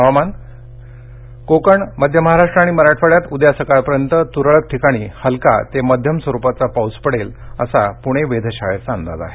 हवामान कोकण मध्य महाराष्ट्र आणि मराठवाङ्यात उद्या सकाळपर्यंत तुरळक ठिकाणी हलका ते मध्यम स्वरुपाचा पाऊस पडेल असा पुणे वेधशाळेचा अंदाज आहे